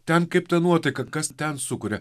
ten kaip tą nuotaiką kas ten sukuria